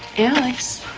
alex,